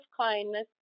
kindness